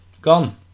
Gone